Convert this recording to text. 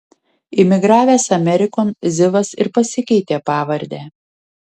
imigravęs amerikon zivas ir pasikeitė pavardę